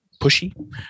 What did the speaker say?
pushy